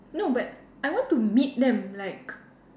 no but I want to meet them like